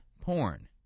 porn